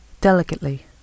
delicately